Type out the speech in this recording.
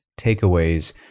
takeaways